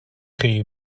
chi